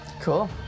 Cool